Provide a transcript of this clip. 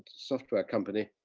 software company.